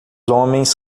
homens